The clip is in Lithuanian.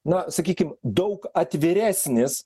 na sakykim daug atviresnis